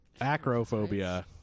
Acrophobia